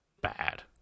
bad